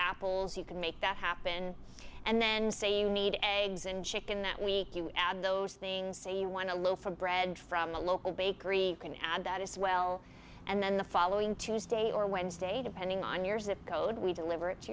apples you can make that happen and then say you need eggs and chicken that week you add those things say you want a loaf of bread from the local bakery can add that as well and then the following tuesday or wednesday depending on your zip code we deliver it to